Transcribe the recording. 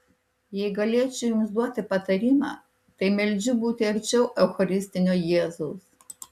jei galėčiau jums duoti patarimą tai meldžiu būti arčiau eucharistinio jėzaus